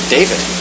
David